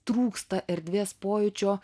trūksta erdvės pojūčio